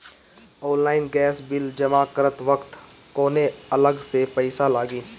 Online gas bill जमा करत वक्त कौने अलग से पईसा लागी?